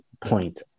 point